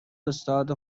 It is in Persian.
استاد